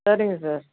சரிங்க சார்